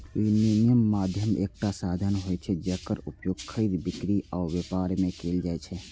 विनिमय माध्यम एकटा साधन होइ छै, जेकर उपयोग खरीद, बिक्री आ व्यापार मे कैल जाइ छै